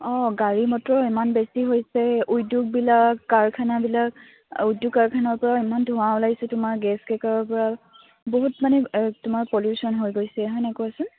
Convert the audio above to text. অঁ গাড়ী মটৰ ইমান বেছি হৈছে উদ্যোগবিলাক কাৰখানাবিলাক উদ্যোগ কাৰখানাৰ পৰাও ইমান ধোঁৱা ওলাইছে তোমাৰ গেছ ক্ৰেকাৰৰ পৰা বহুত মানে তোমাৰ পলিউশ্যন হৈ গৈছে কোৱাচোন